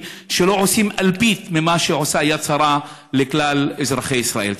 שלא עושים אלפית ממה שעושה יד שרה לכלל אזרחי ישראל.